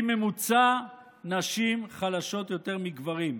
בממוצע, נשים חלשות יותר מגברים.